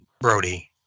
Brody